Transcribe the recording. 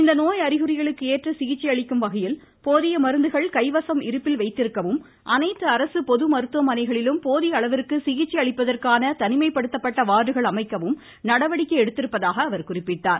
இந்நோய் அறிகுறிகளுக்கு அஏற்ற சிகிச்சை அளிக்கும் வகையில் போதிய மருந்துகள் கைவசம் இருப்பில் வைத்திருக்கவும் அனைத்து அரசு பொது மருத்துவமனைகளிலும் போதிய தனிமைப்படுத்தப்பட்ட வார்டுகள் அமைக்கவும் நடவடிக்கை எடுத்திருப்பதாக அவர் குறிப்பிட்டார்